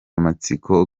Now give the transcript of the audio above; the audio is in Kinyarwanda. amatsiko